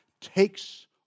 takes